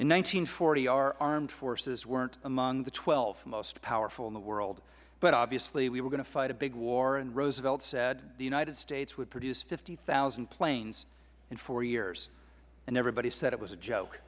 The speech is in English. and forty our armed forces weren't among the twelve most powerful in the world but obviously we were going to fight a big war and roosevelt said the united states would produce fifty thousand planes in four years and everybody said it was a